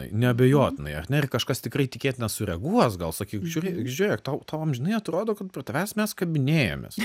neabejotinai ar ne ir kažkas tikrai tikėtina sureaguos gal sakyk žiūrė žiūrėk tau tau amžinai atrodo kad prie tavęs mes kabinėjamės